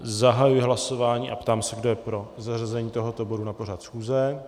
Zahajuji hlasování a ptám se, kdo je pro zařazení tohoto bodu na pořad schůze.